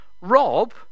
Rob